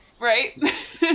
Right